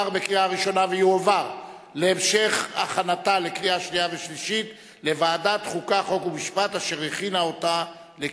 לוועדת החוקה, חוק ומשפט נתקבלה.